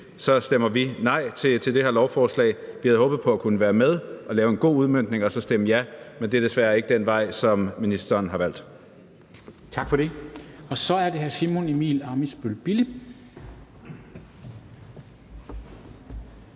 stemmer vi nej til det her lovforslag. Vi havde håbet på at kunne være med og lave en god udmøntning og så stemme ja, men det er desværre ikke den vej, som ministeren har valgt. Kl. 13:26 Formanden (Henrik Dam Kristensen):